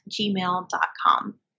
gmail.com